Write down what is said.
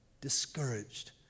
discouraged